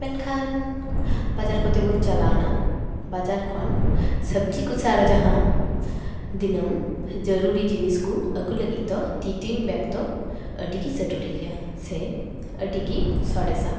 ᱢᱮᱱᱠᱷᱟᱱ ᱵᱟᱡᱟᱨ ᱠᱚᱛᱮ ᱵᱚᱱ ᱪᱟᱞᱟᱣ ᱮᱱᱟ ᱵᱟᱡᱟᱨ ᱠᱷᱚᱱ ᱥᱚᱵᱡᱤ ᱠᱚ ᱥᱮ ᱟᱨᱚ ᱡᱟᱦᱟᱸᱱᱟᱜ ᱫᱤᱱᱟᱹᱢ ᱡᱚᱨᱩᱨᱤ ᱡᱤᱱᱤᱥ ᱠᱚ ᱟᱜᱩ ᱞᱟᱹᱜᱤᱫ ᱫᱚ ᱛᱤ ᱴᱮᱣᱮᱧ ᱵᱮᱜᱽ ᱫᱚ ᱟᱹᱰᱤᱜᱮ ᱡᱚᱨᱩᱨᱤ ᱜᱮᱭᱟ ᱥᱮ ᱟᱹᱰᱤᱜᱮ ᱥᱚᱨᱮᱥᱟ